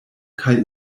kaj